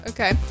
Okay